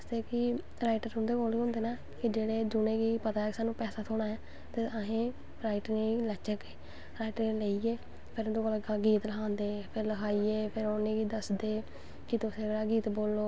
इक ओह् ऐ कि एह्दा मतलव प्रोजैक्ट में मतलव तोआनू पैह्लैं गै सनाया अपनैं अपनैं होंदी कि में एह्मंदे च जाना ऐ जियां थोह्ड़ा जा कि बंदा आखदा में एह्दे च कम्म करनां ऐ एह् कम्म बड़ा स्हेई लगदा ऐ मिगी स्टार्ट करनां ऐ